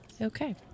Okay